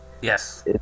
yes